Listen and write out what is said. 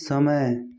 समय